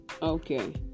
okay